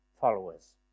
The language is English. followers